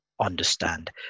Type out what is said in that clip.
understand